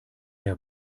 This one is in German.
der